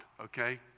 okay